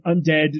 undead